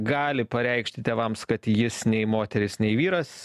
gali pareikšti tėvams kad jis nei moteris nei vyras